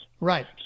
Right